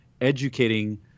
educating